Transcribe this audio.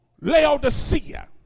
Laodicea